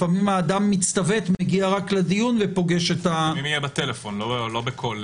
לפעמים האדם מגיע רק לדיון- -- אם לפני כל פעם